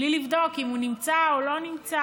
בלי לבדוק אם הוא נמצא או לא נמצא.